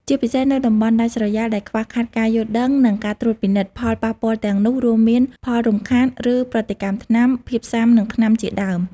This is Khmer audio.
ជាពិសេសនៅតំបន់ដាច់ស្រយាលដែលខ្វះខាតការយល់ដឹង និងការត្រួតពិនិត្យ ផលប៉ះពាល់ទាំងនោះរួមមាន ផលរំខាន ឬប្រតិកម្មថ្នាំ ភាពស៊ាំនឹងថ្នាំជាដើម។